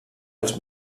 els